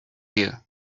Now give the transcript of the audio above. you